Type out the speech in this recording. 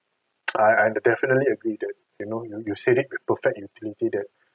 I I definitely agree that you know you you said it with perfect utility that